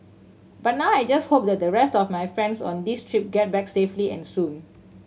but now I just hope that the rest of my friends on this trip get back safely and soon